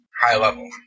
high-level